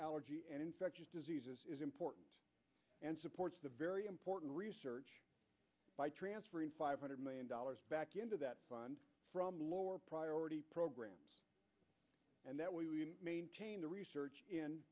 allergy and infectious diseases is important and supports the very important research by transferring five hundred million dollars back into that fund from lower priority program and that was the research in